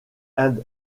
and